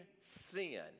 sin